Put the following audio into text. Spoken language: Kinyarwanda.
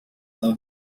byawe